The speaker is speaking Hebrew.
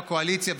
בקואליציה,